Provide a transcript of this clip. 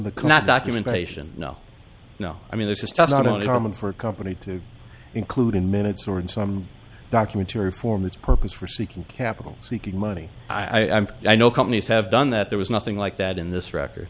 the cannot documentation no no i mean there's just not only common for a company to include in minutes or in some documentary form its purpose for seeking capital seeking money i am i know companies have done that there was nothing like that in this record